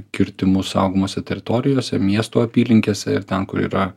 kirtimus saugomose teritorijose miestų apylinkėse ir ten kur yra